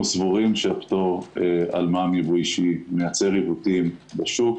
אנחנו סבורים שהפטור על מע"מ יבוא אישי מייצר עיוותים בשוק